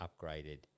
upgraded